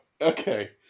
okay